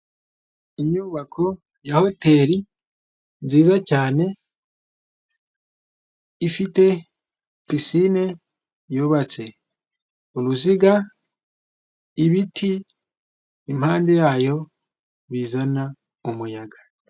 Inyubako ya hoteri nziza cyane ifite pisine yubatse, uruziga, ibiti impande yayo bizana umuyaga.